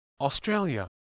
Australia